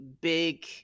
big